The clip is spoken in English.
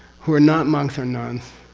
who are not monks or nuns,